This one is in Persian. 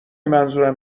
منظورم